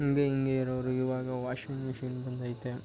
ಹಾಗೆ ಹೀಗೆ ಇರೋರು ಇವಾಗ ವಾಷಿಂಗ್ ಮಿಷಿನ್ ಬಂದೈತೆ